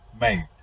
made